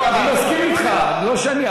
בסדר, אני מסכים אתך, מה קרה?